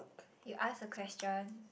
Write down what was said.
you ask a question